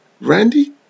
Randy